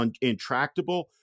intractable